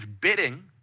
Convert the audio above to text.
bidding